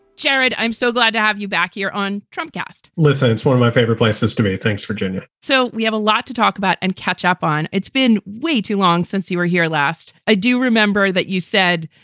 jared, i'm so glad to have you back here on trump cast listen, it's one of my favorite places to be. thanks, virginia so we have a lot to talk about and catch up on. it's been way too long since you were here last. i do remember that you said,